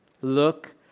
look